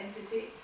entity